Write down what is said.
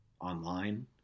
online